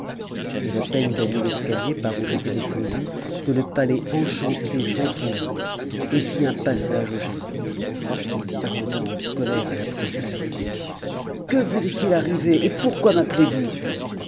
j'avais à peine gagné l'escalier par où j'étais descendu que le palais enchanté s'entr'ouvrit et fit un passage au génie il demanda en colère à la princesse que vous est-il arrivé et pourquoi m'appelez-vous